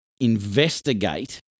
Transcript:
investigate